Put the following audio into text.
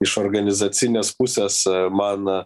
iš organizacinės pusės man a